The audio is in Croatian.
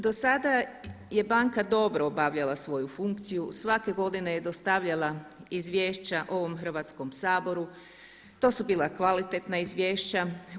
Do sada je banka dobro obavljala svoju funkciju, svake godine je dostavljala izvješća ovom Hrvatskom saboru to su bila kvalitetna izvješća.